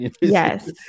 Yes